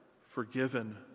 forgiven